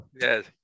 Yes